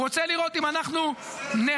הוא רוצה לראות אם אנחנו חלוקים,